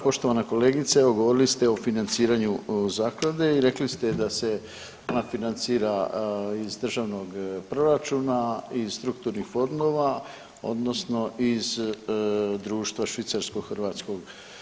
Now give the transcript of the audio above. Poštovana kolegice evo govorili ste o financiranju zaklade i rekli ste da se ona financira iz državnog proračuna, iz strukturnih fondova odnosno iz društva Švicarsko-hrvatskog.